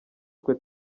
twe